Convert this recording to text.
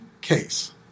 case